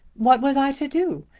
what was i to do?